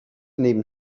neben